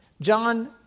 John